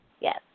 Yes